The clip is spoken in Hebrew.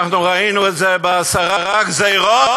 אנחנו ראינו את זה בעשר גזירות